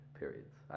periods